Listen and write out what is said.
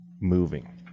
moving